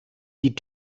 die